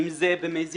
אם זה במזיד.